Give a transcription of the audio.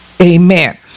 Amen